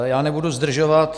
Já nebudu zdržovat.